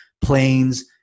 planes